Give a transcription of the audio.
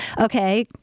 okay